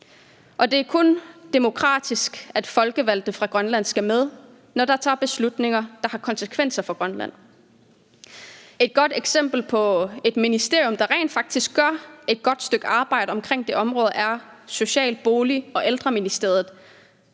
Og det er kun demokratisk, at folkevalgte fra Grønland skal med, når der træffes beslutninger, der har konsekvenser for Grønland. Et godt eksempel på et ministerium, der rent faktisk gør et godt stykke arbejde omkring det område, er Social-, Bolig- og Ældreministeriet.